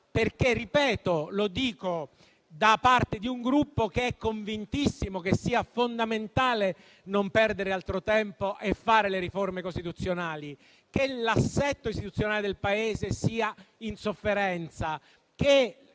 profondità. E lo dico da parte di un Gruppo convintissimo che sia fondamentale non perdere altro tempo e fare le riforme costituzionali, che l'assetto istituzionale del Paese sia in sofferenza,